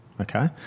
Okay